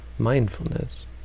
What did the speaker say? mindfulness